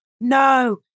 No